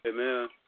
Amen